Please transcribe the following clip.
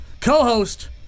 co-host